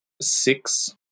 Six